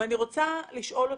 אני רוצה לשאול אותך,